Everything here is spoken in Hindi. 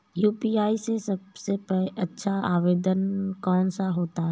यू.पी.आई में सबसे अच्छा आवेदन कौन सा होता है?